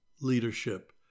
leadership